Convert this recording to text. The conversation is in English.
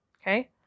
Okay